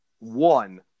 One